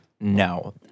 No